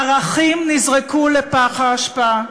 ערכים נזרקו לפח האשפה,